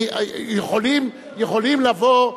יכולים לבוא,